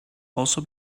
also